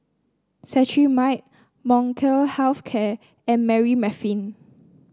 Cetrimide Molnylcke Health Care and Remifemin